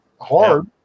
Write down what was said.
hard